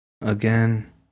Again